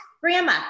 grandma